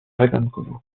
vagankovo